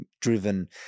driven